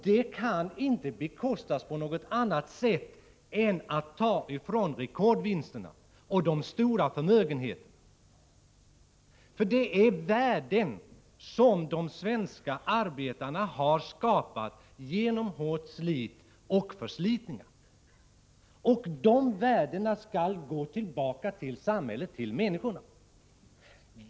Det kan inte bekostas på något annat sätt än genom att man tar från rekordvinsterna och de stora förmögenheterna, för det är värden som de svenska arbetarna har skapat genom hårt slit och förslitning. De värdena skall gå tillbaka till samhället, till människorna.